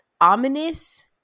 ominous